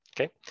Okay